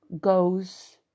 goes